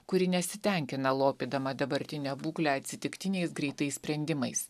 kuri nesitenkina lopydama dabartinę būklę atsitiktiniais greitais sprendimais